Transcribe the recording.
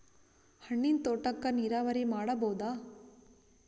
ಹಣ್ಣಿನ್ ತೋಟಕ್ಕ ನೀರಾವರಿ ಮಾಡಬೋದ?